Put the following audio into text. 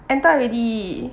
enter already